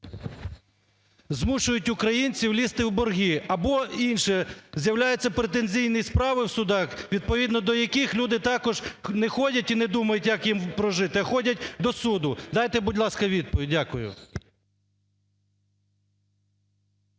Змушують українців лізти у борги. Або інше, з'являються претензійні справи в судах, відповідно до яких люди також не ходять і не думають, як їм прожити, а ходять до суду. Дайте, будь ласка, відповідь. Дякую.